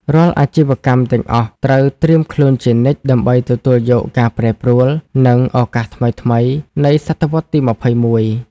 រាល់អាជីវកម្មទាំងអស់ត្រូវត្រៀមខ្លួនជានិច្ច ដើម្បីទទួលយកការប្រែប្រួល និងឱកាសថ្មីៗនៃសតវត្សទី២១។